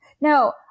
No